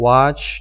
Watch